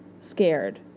scared